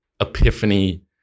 epiphany